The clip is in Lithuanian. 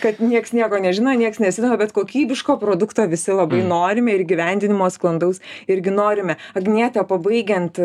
kad nieks nieko nežino nieks nesidomi bet kokybiško produkto visi labai norime ir įgyvendinimo sklandaus irgi norime agniete pabaigiant